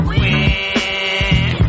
win